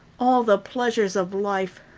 all the pleasures of life.